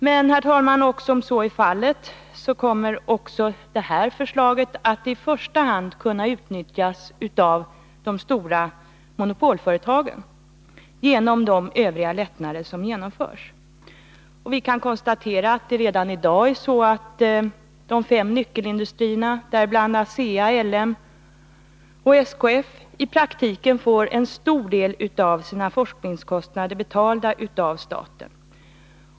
Men, herr talman, även om så är fallet kommer också den här föreslagna avdragsrätten att i första hand kunna utnyttjas av de stora monopolföretagen genom de övriga lättnader som genomförs. Redan i dag får de fem nyckelindustrierna — däribland ASEA, LM Ericsson och SKF - i praktiken en stor del av sina forskningskostnader betalda av staten.